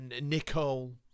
Nicole